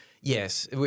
Yes